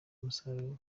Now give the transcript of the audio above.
umusaruro